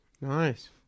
Nice